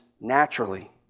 naturally